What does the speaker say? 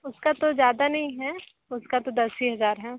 उसका तो ज्यादा नहीं हैं उसका तो दस ही हजार हैं